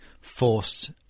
forced